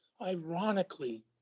Ironically